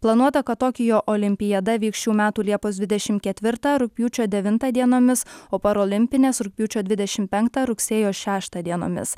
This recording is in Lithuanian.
planuota kad tokijo olimpiada vyks šių metų liepos dvidešimt ketvirtą rugpjūčio devintą dienomis o parolimpinės rugpjūčio dvidešimt penktą rugsėjo šeštą dienomis